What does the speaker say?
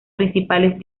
principales